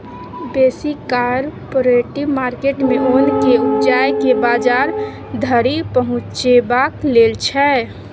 बेसी cooperative market मे ओन केँ उपजाए केँ बजार धरि पहुँचेबाक लेल छै